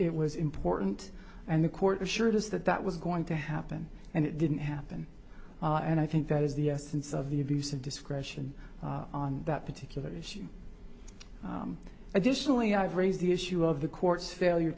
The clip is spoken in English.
it was important and the court assured us that that was going to happen and it didn't happen and i think that is the essence of the abuse of discretion on that particular issue additionally i've raised the issue of the court's failure